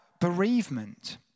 bereavement